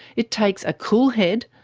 it takes a cool head,